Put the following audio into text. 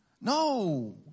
No